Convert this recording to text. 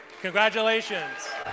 Congratulations